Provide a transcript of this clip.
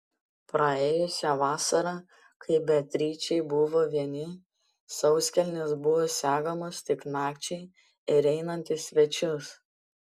praėjusią vasarą kai beatričei buvo vieni sauskelnės buvo segamos tik nakčiai ir einant į svečius